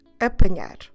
Apanhar